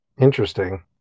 Interesting